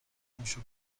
موشو